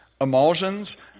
emulsions